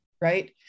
right